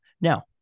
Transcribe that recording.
Now